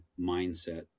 mindset